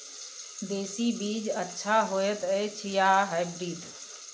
देसी बीज अच्छा होयत अछि या हाइब्रिड?